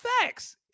facts